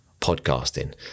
podcasting